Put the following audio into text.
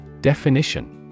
Definition